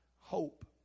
hope